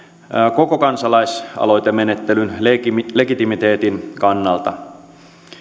koko kansalaisaloitemenettelyn legitimiteetin kannalta